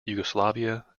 yugoslavia